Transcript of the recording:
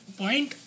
point